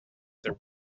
there